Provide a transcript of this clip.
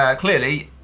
ah clearly,